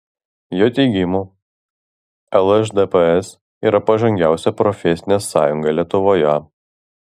jo teigimu lšdps yra pažangiausia profesinė sąjunga lietuvoje